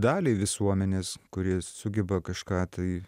daliai visuomenės kuri sugeba kažką tai